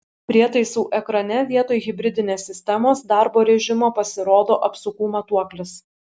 prietaisų ekrane vietoj hibridinės sistemos darbo režimo pasirodo apsukų matuoklis